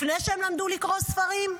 לפני שהם למדו לקרוא ספרים?